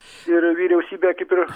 ir vyriausybė kaip ir